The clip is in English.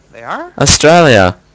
Australia